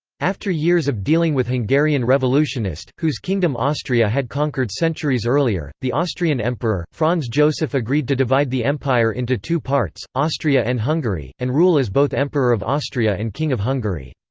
after years of dealing with hungarian revolutionist, whose kingdom austria had conquered centuries earlier, the austrian emperor, franz joseph agreed to divide the empire into two parts austria and hungary, and rule as both emperor of austria and king of hungary.